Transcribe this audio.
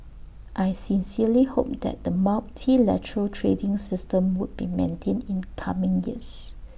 I sincerely hope that the multilateral trading system would be maintained in coming years